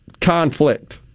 conflict